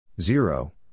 Zero